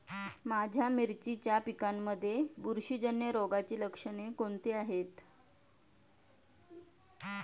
माझ्या मिरचीच्या पिकांमध्ये बुरशीजन्य रोगाची लक्षणे कोणती आहेत?